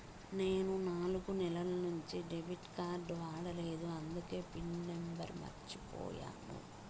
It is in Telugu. నేను నాలుగు నెలల నుంచి డెబిట్ కార్డ్ వాడలేదు అందికే పిన్ నెంబర్ మర్చిపోయాను